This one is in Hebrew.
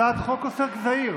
הצעת חוק עוסק זעיר,